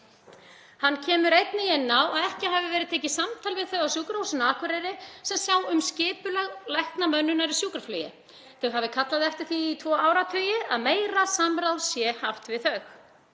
Hann kemur einnig inn á að ekki hafi verið tekið samtal við þau á Sjúkrahúsinu á Akureyri sem sjá um skipulag læknamönnunar í sjúkraflugi. Þau hafi kallað eftir því í tvo áratugi að meira samráð sé haft við þau.